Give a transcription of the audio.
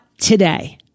today